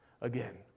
again